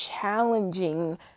challenging